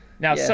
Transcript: Now